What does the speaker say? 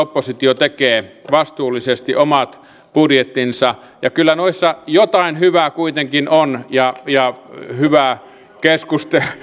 oppositio tekee vastuullisesti omat budjettinsa ja kyllä noissa jotain hyvää kuitenkin on ja ja hyvää keskustelun